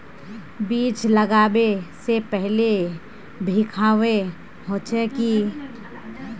बीज लागबे से पहले भींगावे होचे की?